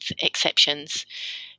exceptions